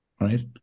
right